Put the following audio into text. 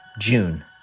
June